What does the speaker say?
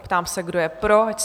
Ptám se, kdo je pro?